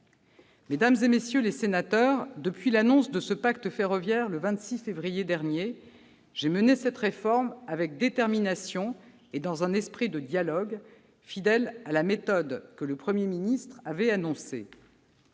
Mesdames, messieurs les sénateurs, depuis l'annonce de ce pacte ferroviaire, le 26 février dernier, j'ai mené cette réforme avec détermination et dans un esprit de dialogue, fidèle à la méthode que le Premier ministre avait annoncée.